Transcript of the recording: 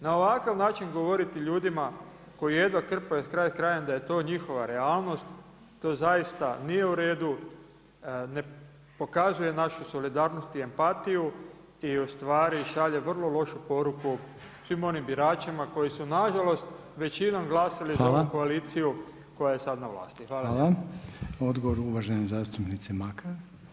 Na ovakav način govoriti ljudima koji jedva krpaju kraj s krajem da je to njihova realnost, to zaista nije u redu, ne pokazuje našu solidarnost i empatiju i ustvari šalje vrlo lošu poruku svim onim biračima koji su nažalost većinom glasali za ovu koaliciju koja je sada na vlasti.